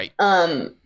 Right